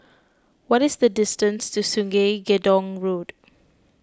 what is the distance to Sungei Gedong Road